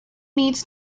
needs